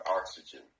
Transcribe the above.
oxygen